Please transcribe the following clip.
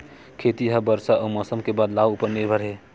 खेती हा बरसा अउ मौसम के बदलाव उपर निर्भर हे